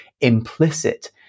implicit